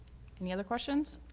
any other questions?